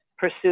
pursue